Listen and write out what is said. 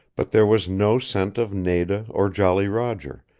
but there was no scent of nada or jolly roger,